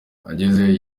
agezeyo